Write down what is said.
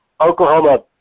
Oklahoma